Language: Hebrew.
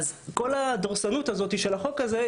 אז כל הדורסנות הזאת של החוק הזה,